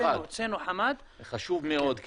זה חשוב מאוד.